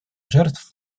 жертв